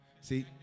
See